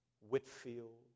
Whitfield